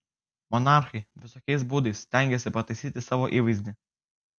monarchai visokiais būdais stengėsi pataisyti savo įvaizdį